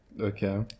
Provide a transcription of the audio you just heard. okay